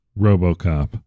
RoboCop